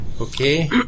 Okay